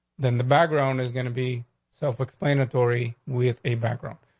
then the background is going to be self explanatory with a background.